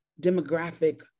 demographic